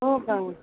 हो का मग